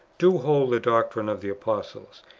do hold the doctrine of the apostles,